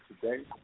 today